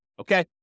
Okay